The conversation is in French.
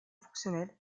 fonctionnel